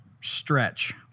stretch